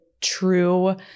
true